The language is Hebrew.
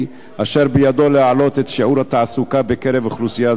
אשר בידו להעלות את שיעור התעסוקה בקרב אוכלוסייה